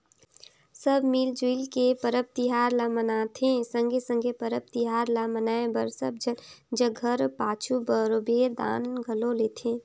सब मिल जुइल के परब तिहार ल मनाथें संघे संघे परब तिहार ल मनाए बर सब झन जग घर पाछू बरोबेर दान घलो लेथें